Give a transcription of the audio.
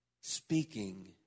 speaking